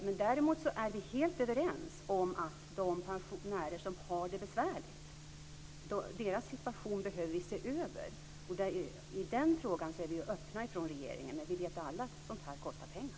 Men däremot är vi helt överens om att vi behöver se över situationen för de pensionärer som har det besvärligt. I den frågan är vi från regeringen öppna. Men vi vet alla att sådant här kostar pengar.